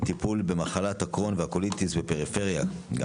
טיפול במחלת הקרוהן והקוליטיס בפריפריה.